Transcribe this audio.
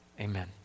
amen